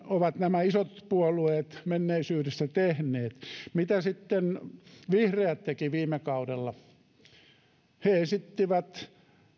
ovat nämä isot puolueet menneisyydessä tehneet mitä sitten vihreät tekivät viime kaudella he esittivät